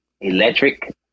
electric